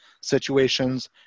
situations